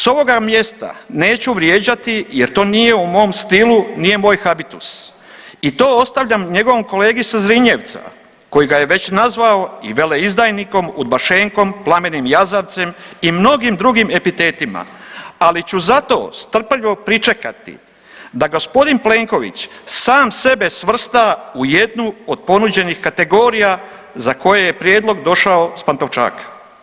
S ovoga mjesta neću vrijeđati jer to nije u mom stilu, nije moj habitus i to ostavljam njegovom kolegi sa Zrinjevca koji ga je već nazvao i veleizdajnikom, udbašenkom, plamenim jazavcem i mnogim drugim epitetima, ali ću zato strpljivo pričekati da g. Plenković sam sebe svrsta u jednu od ponuđenih kategorija za koje je prijedlog došao s Pantovčaka.